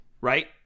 right